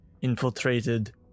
infiltrated